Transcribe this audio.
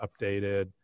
updated